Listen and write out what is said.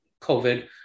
COVID